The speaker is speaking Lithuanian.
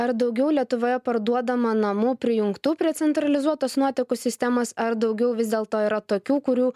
ar daugiau lietuvoje parduodama namų prijungtų prie centralizuotos nuotekų sistemos ar daugiau vis dėlto yra tokių kurių